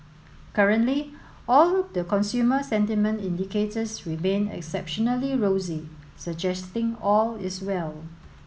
currently all the consumer sentiment indicators remain exceptionally rosy suggesting all is well